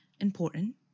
important